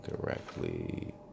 correctly